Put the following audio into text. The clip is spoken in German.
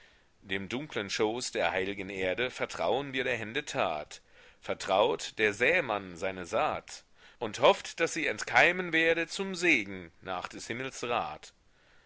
dem dunkeln schoß der heilgen erde vertrauen wir der hände tat vertraut der sämann seine saat und hofft daß sie entkeimen werde zum segen nach des himmels